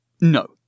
No